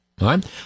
right